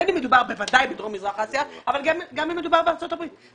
בין אם מדובר בוודאי בדרום מזרח אסיה אבל גם אם מדובר בארצות הברית.